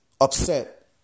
upset